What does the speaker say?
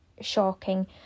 shocking